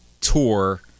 tour